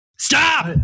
Stop